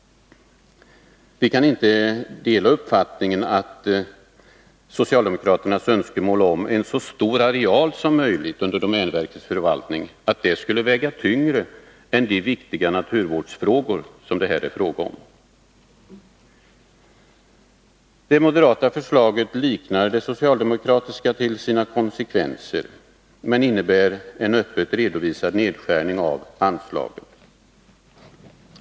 Vi kan inte dela uppfattningen att socialdemokraternas önskemål om en så stor areal som möjligt under domänverkets förvaltning skall väga tyngre än de viktiga naturvårdsfrågor det här är fråga om. 4 Det moderata förslaget liknar det socialdemokratiska till sina konsekvenser men innebär en öppet redovisad nedskärning av anslaget.